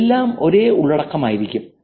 എല്ലാം ഒരേ ഉള്ളടക്കമായിരിക്കും